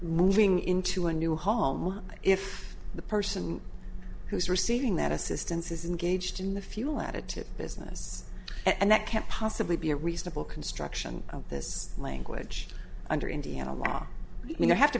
moving into a new home if the person who is receiving that assistance is engaged in the fuel additive business and that can't possibly be a reasonable construction of this language under indiana law you have to